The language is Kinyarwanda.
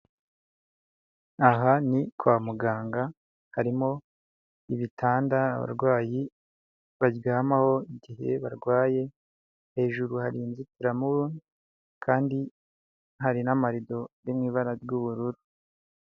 Aha ni kwa muganga harimo ibitanda abarwayi baryamaho igihe barwaye, hejuru hari inzitiramubu kandi hari n'amarido yo mu ibara ry'ubururu.